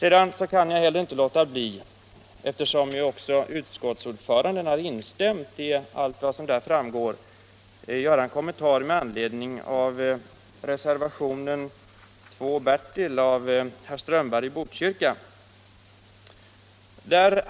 Jag kan inte heller låta bli att göra en kommentar med anledning av reservationen 2 b av herr Strömberg i Botkyrka, eftersom utskottsordföranden har instämt i vad som framgår av den.